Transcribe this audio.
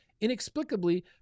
inexplicably